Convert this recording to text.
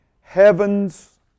Heavens